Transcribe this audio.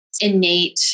innate